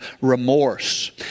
remorse